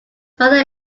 further